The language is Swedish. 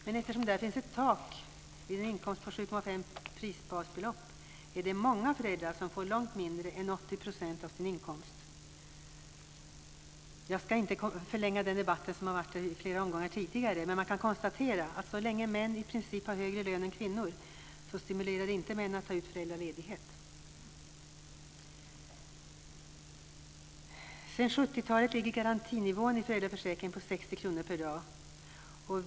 Men eftersom det finns ett tak vid en inkomst på 7,5 prisbasbelopp är det många föräldrar som får långt mindre än 80 % av sin inkomst. Jag ska inte förlänga den debatt som har förts i flera omgångar här tidigare, men man kan konstatera att så länge män i princip har högre lön än kvinnor stimulerar det inte män att ta ut föräldraledighet. Sedan 70-talet ligger garantinivån i föräldraförsäkringen på 60 kr per dag.